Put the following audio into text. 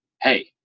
hey